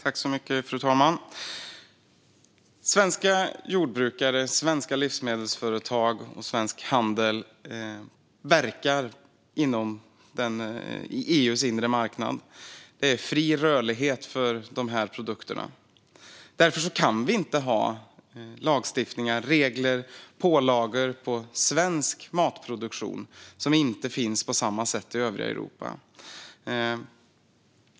Fru talman! Svenska jordbrukare, svenska livsmedelsföretag och svensk handel verkar på EU:s inre marknad, och det är fri rörlighet för dessa produkter. Därför kan vi inte ha lagstiftning, regler och pålagor på svensk matproduktion som inte finns på samma sätt i övriga Europa.